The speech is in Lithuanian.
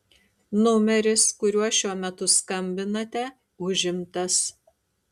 numeris kuriuo šiuo metu skambinate užimtas